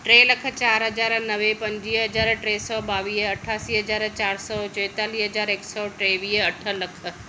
टे लख चारि हज़ार नवे पंजुवीह हज़ार टे सौ ॿावीह अठासी हज़ार चारि सौ चोएतालीह हज़ार हिकु सौ टेवीह अठ लख